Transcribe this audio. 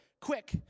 quick